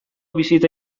bisita